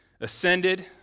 ascended